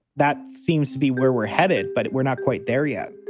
that seems to be where we're headed, but we're not quite there yet